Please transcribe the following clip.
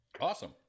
Awesome